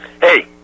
Hey